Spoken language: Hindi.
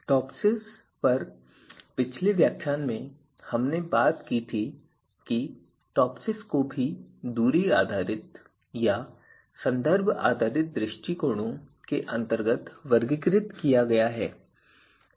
टॉपसिस पर पिछले व्याख्यान में हमने बात की थी कि टॉपसिस को भी दूरी आधारित या संदर्भ आधारित दृष्टिकोणों के अंतर्गत वर्गीकृत किया गया है